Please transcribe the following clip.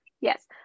yes